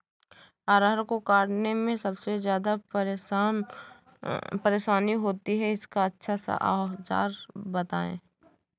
अरहर को काटने में सबसे ज्यादा परेशानी होती है इसका अच्छा सा औजार बताएं?